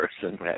person